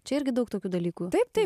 čia irgi daug tokių dalykų taip taip